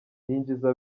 ninjiza